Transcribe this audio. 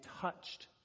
touched